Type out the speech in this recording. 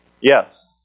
Yes